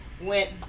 went